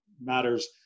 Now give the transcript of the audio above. matters